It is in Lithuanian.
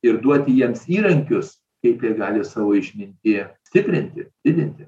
ir duoti jiems įrankius kaip jie gali savo išmintį stiprinti didinti